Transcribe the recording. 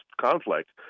conflict